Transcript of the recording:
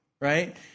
right